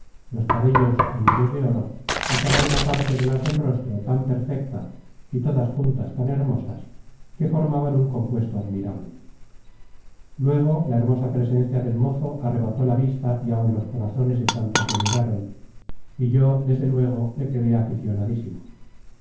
los cabellos anillos de oro y cada una parte de las del rostro tan perfecta y todas juntas tan hermosas que formaban un compuesto admirable luego la hermosa presencia del mozo arrebató la vista y áun los corazones de cuantos le miraron content from google book search generated at s y yo desde luego le quedé